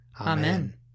Amen